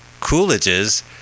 Coolidge's